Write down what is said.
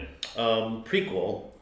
prequel